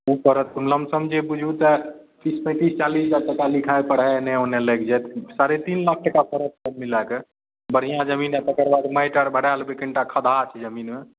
ओ पड़त लमसम जे बूझू तऽ तीस पैंतीस चालिस लाख टका लिखाइ पढ़ाइमे एन्ने ओन्ने लागि जाएत साढ़े तीन लाख टका पड़त सब मिलाके बढ़िआँ जमीन आ तेकर बाद माटि आर भराय लेबै तनिटा खदहा छै जमीनमे